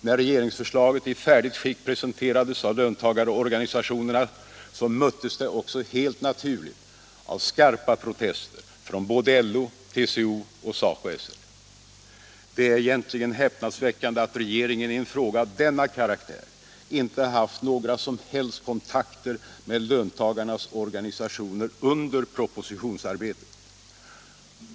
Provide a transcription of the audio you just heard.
När regeringsförslaget i färdigt skick presenterades för löntagarorganisationerna möttes det också helt naturligt av skarpa protester från LO, TCO och SACO/SR. Det är egentligen häpnadsväckande att regeringen i en fråga av denna karaktär inte haft några som helst kontakter med löntagarnas organisationer under propositionsarbetet.